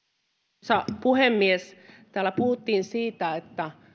arvoisa puhemies täällä puhuttiin siitä